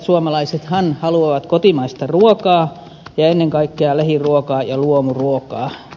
suomalaisethan haluavat kotimaista ruokaa ja ennen kaikkea lähiruokaa ja luomuruokaa